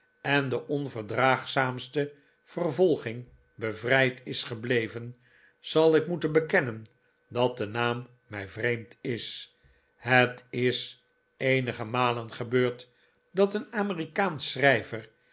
en de onverdraagzaamste vervolging bevrijd is gebleven zal ik moeten bekennen dat de naam mij vreemd is het is eenige malen gebeurd dat een amerikaansch